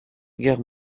guerre